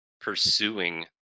pursuing